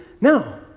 No